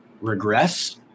regress